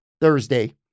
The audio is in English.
thursday